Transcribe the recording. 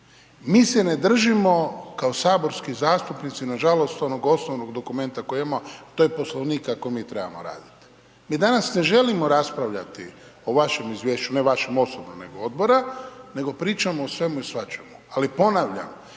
mi se ne držimo kao saborski zastupnici nažalost onog osnovnog dokumenta koji imamo, a to je Poslovnik kako mi trebamo raditi. Mi danas ne želimo raspravljati o vašem izvješću, ne vašem osobno, nego odbora nego pričamo o svemu i svačemu, ali ponavljam